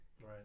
right